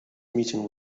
meeting